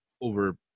over